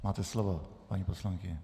Máte slovo, paní poslankyně.